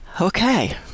Okay